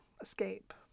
escape